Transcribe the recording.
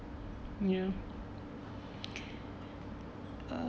ya uh